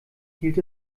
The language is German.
hielt